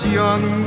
young